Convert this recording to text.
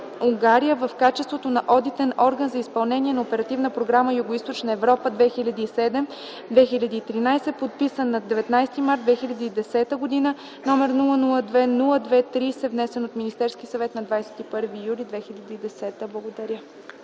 в качеството на Одитен орган за изпълнение на Оперативна програма „Югоизточна Европа” 2007-2013 г., подписан на 19 март 2010 г., № 002-02-30, внесен от Министерския съвет на 21 юли 2010 г.” Благодаря.